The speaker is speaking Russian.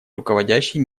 руководящей